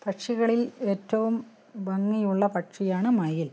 പക്ഷികളിൽ ഏറ്റവും ഭംഗിയുള്ള പക്ഷിയാണ് മയിൽ